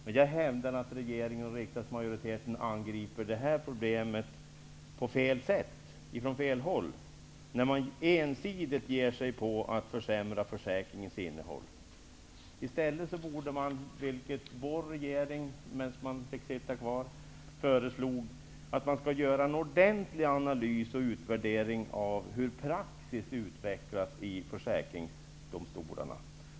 Men jag hävdar att regeringen och riksdagsmajoriteten angriper detta problem från fel håll, när man ensidigt ger sig på att försämra försäkringens innehåll. I stället borde man, som den tidigare regeringen föreslog, göra en ordentlig analys och utvärdering av hur praxis utvecklas i försäkringsdomstolarna.